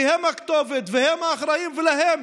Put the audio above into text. כי הם הכתובת והם האחראים ולהם